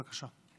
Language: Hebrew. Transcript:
בבקשה.